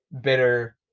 bitter